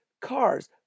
cars